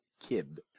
Kid